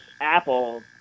Apple